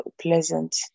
pleasant